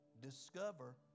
discover